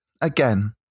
Again